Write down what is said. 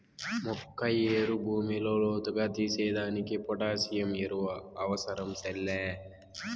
మొక్క ఏరు భూమిలో లోతుగా తీసేదానికి పొటాసియం ఎరువు అవసరం సెల్లే